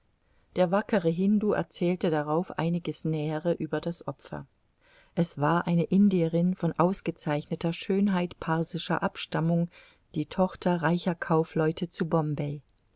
der wackere hindu erzählte darauf einiges nähere über das opfer es war eine indierin von ausgezeichneter schönheit parsischer abstammung die tochter reicher kaufleute zu bombay